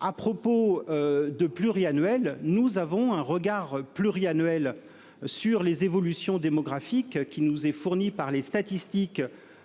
À propos de pluri-annuel. Nous avons un regard pluri-annuel sur les évolutions démographiques qui nous est fournie par les statistiques.